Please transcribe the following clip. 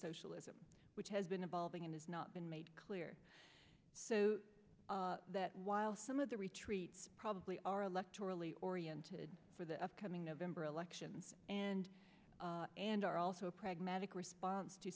socialism which has been evolving and has not been made clear so that while some of the retreats probably are electorally oriented for the upcoming november election and and are also a pragmatic response